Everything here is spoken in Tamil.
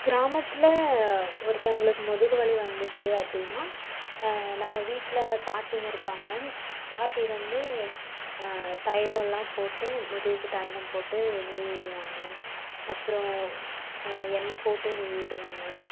கிராமத்தில் ஒருத்தங்களுக்கு முதுகு வலி வந்துச்சு அப்படின்னா நம்ம வீட்டில் பாட்டிங்க இருப்பாங்க பாட்டி வந்து தைலம் எல்லாம் போட்டு முதுகுக்கு தைலம் போட்டு நீவி விடுவாங்க அப்புறோம் எண்ணெய் போட்டு நீவி விடுவாங்க